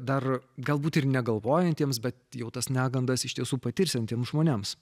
dar galbūt ir negalvojantiems bet jau tas negandas iš tiesų patirsiantiems žmonėms